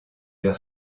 leur